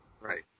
Right